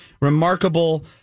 remarkable